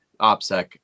OPSEC